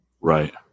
Right